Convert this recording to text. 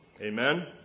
Amen